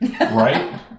right